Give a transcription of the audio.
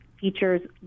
features